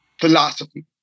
philosophy